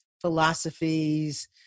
philosophies